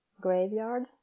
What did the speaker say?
graveyard